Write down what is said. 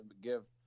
give